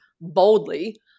boldly